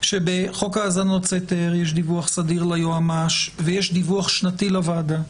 שבחוק האזנות סתר יש דיווח סדיר ליועמ"ש ויש דיווח שנתי לוועדה.